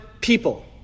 people